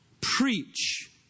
preach